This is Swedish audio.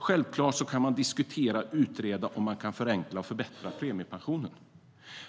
Självklart kan man diskutera och utreda om man kan förenkla och förbättra premiepensionen.